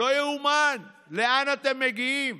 לא יאומן לאן אתם מגיעים.